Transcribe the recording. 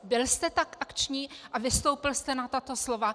Byl jste tak akční a vystoupil jste na tato slova?